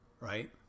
Right